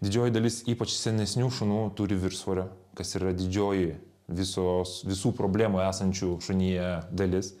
didžioji dalis ypač senesnių šunų turi viršsvorio kas yra didžioji visos visų problemų esančių šunyje dalis